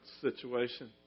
situation